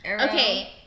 okay